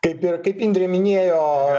kaip ir kaip indrė minėjo